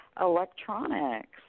electronics